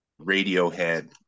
radiohead